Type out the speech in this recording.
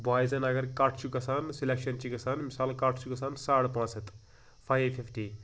بایِزَن اگر کَٹ چھُ گَژھان سِلیٚکشَن چھِ گَژھان مِثال کَٹ چھُ گَژھان ساڑٕ پانٛژھ ہَتھ فایِو فِفٹی